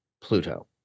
Pluto